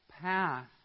path